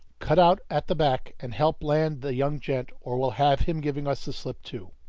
cut out at the back and help land the young gent, or we'll have him giving us the slip too.